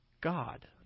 God